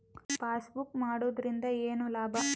Passbook ಮಾಡುದರಿಂದ ಏನು ಲಾಭ?